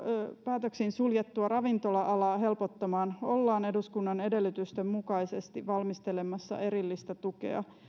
päätöksin suljettua ravintola alaa helpottamaan ollaan eduskunnan edellytysten mukaisesti valmistelemassa erillistä tukea